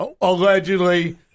allegedly